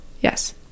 Yes